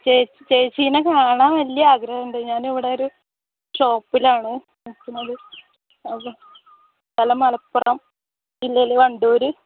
ചേച്ചിനെ കാണാൻ വലിയ ആഗ്രഹമുണ്ട് ഞാൻ ഇവിടെ ഒരു ഷോപ്പിലാണ് നിൽക്കുന്നത് അപ്പോൾ സ്ഥലം മലപ്പുറം ജില്ലയിൽ വണ്ടൂർ